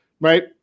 right